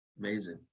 Amazing